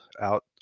out